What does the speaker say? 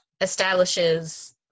establishes